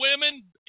women